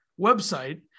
website